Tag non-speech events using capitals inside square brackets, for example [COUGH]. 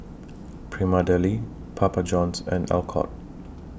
[NOISE] Prima Deli Papa Johns and Alcott